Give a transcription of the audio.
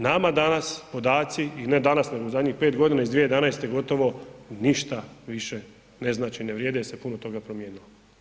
Nama danas podaci i ne danas nego u zadnjih pet godina iz 2011. gotovo ništa više ne znače, ne vrijede jel se puno toga promijenilo.